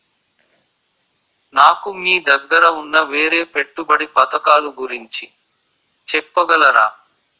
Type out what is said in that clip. నాకు మీ దగ్గర ఉన్న వేరే పెట్టుబడి పథకాలుగురించి చెప్పగలరా?